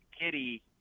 kitty